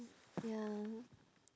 ya